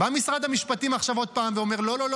בא משרד המשפטים עכשיו עוד פעם ואומר: לא,